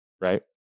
right